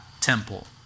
temple